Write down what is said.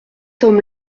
homme